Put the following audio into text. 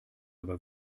aber